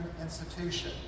institution